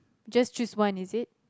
just choose one is it